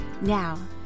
Now